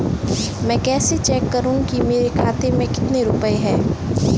मैं कैसे चेक करूं कि मेरे खाते में कितने रुपए हैं?